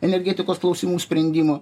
energetikos klausimų sprendimo